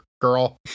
Girl